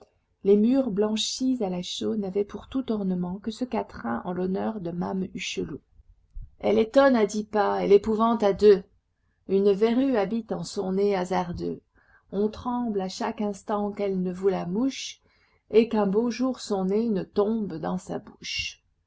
les murs blanchis à la chaux n'avaient pour tout ornement que ce quatrain en l'honneur de mame hucheloup elle étonne à dix pas elle épouvante à deux une verrue habite en son nez hasardeux on tremble à chaque instant qu'elle ne vous la mouche et qu'un beau jour son nez ne tombe dans sa bouche